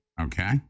okay